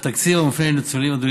התקציב המופנה לניצולים,